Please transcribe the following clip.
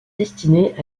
destinées